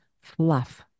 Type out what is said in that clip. fluff